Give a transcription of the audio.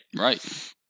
Right